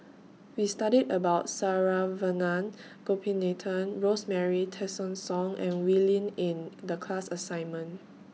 We studied about Saravanan Gopinathan Rosemary Tessensohn and Wee Lin in The class assignment